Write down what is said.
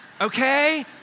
okay